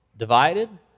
Divided